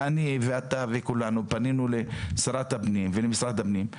אני ואתה וכולנו פנינו לשרת הפנים ולמשרד הפנים.